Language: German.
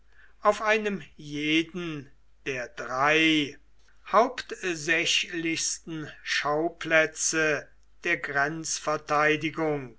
auf einem jeden der drei hauptsächlichsten schauplätze der